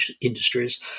industries